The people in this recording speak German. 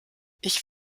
ich